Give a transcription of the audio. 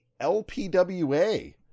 LPWA